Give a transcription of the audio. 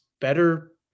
better